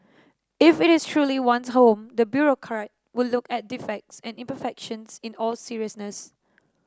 if it is truly one's home the bureaucrat would look at defects and imperfections in all seriousness